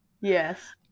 Yes